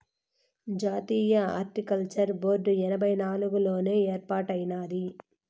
జాతీయ horticulture board ఎనభై నాలుగుల్లోనే ఏర్పాటైనాది